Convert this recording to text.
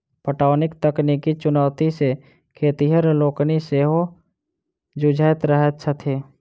पटौनीक तकनीकी चुनौती सॅ खेतिहर लोकनि सेहो जुझैत रहैत छथि